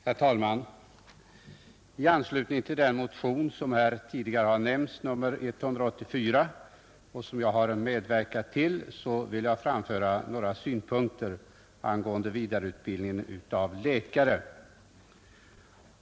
Herr talman! I anslutning till motionen 184, som har nämnts här tidigare och som jag har medverkat till, vill jag framföra några synpunkter angående vidareutbildningen av läkare.